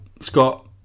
Scott